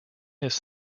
his